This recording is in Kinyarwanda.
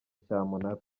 cyamunara